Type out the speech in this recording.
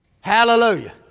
Hallelujah